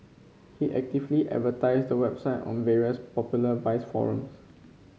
he actively advertised the website on various popular vice forums